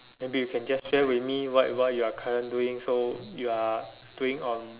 maybe you can just share with me what what you are current doing so you are doing on